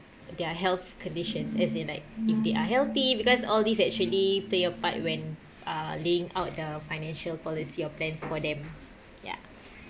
their health condition as in like if they are healthy because all these actually play a part when uh laying out the financial policy or plans for them ya